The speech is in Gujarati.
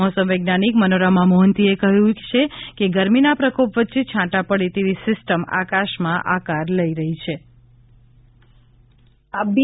મોસમ વૈજ્ઞાનિક મનોરમા મોહંતીએ કહ્યું છે કે ગરમીના પ્રકોપ વચ્ચે છાંટા પડે તેવી સિસ્ટમ આકાશમાં આકાર લઈ રહી છી